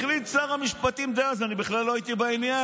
החליט שר המשפטים דאז, אני בכלל לא הייתי בעניין,